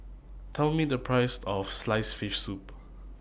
Tell Me The Price of Sliced Fish Soup